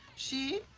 she?